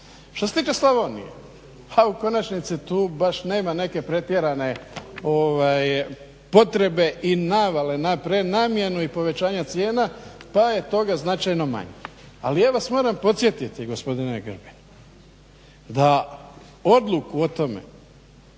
Što se tiče Slavonije, a u konačnici tu baš nema neke pretjerane potrebe i navale na prenamjenu i povećanje cijena pa je toga značajno manje. Ali ja vas moram podsjetiti gospodine Grbin da odluku o tome